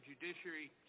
Judiciary